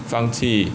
放弃